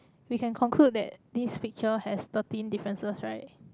we can conclude that this picture has thirteen differences right